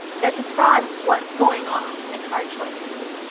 that describes what's going on in hard choices.